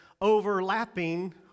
overlapping